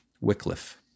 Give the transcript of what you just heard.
Wycliffe